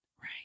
Right